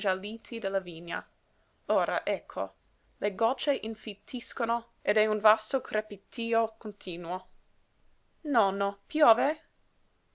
della vigna ora ecco le gocce infittiscono ed è un vasto crepitio continuo nonno piove